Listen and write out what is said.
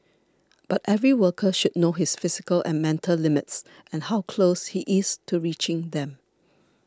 but every worker should know his physical and mental limits and how close he is to reaching them